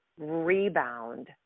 rebound